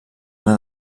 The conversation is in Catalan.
una